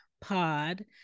Pod